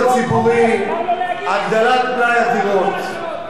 חוק הדיור הציבורי (הגדלת מלאי הדירות)